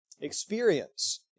experience